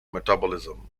metabolism